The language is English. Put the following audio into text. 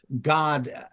god